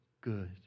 good